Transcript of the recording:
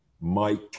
Mike